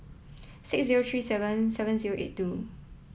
six zero three seven seven zero eight two